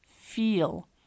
feel